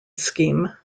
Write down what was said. scheme